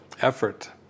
effort